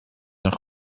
nach